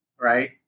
right